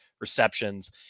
receptions